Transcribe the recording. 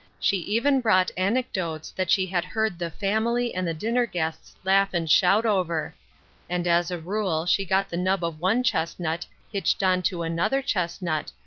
she even brought anecdotes that she had heard the family and the dinner-guests laugh and shout over and as a rule she got the nub of one chestnut hitched onto another chestnut,